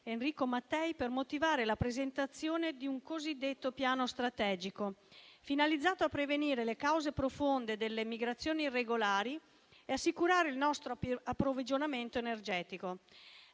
Enrico Mattei per motivare la presentazione di un cosiddetto piano strategico, finalizzato a prevenire le cause profonde delle migrazioni irregolari e assicurare il nostro approvvigionamento energetico.